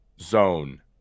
zone